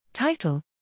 Title